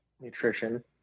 nutrition